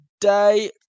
day